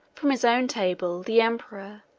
from his own table, the emperor,